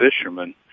fishermen